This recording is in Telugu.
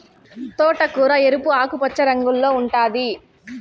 తోటకూర ఎరుపు, ఆకుపచ్చ రంగుల్లో ఉంటాది